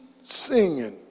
singing